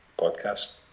podcast